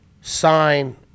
sign